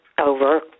over